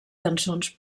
cançons